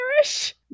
Irish